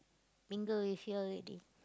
mingle with you all already